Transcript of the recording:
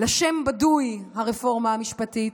לשם הבדוי "הרפורמה המשפטית",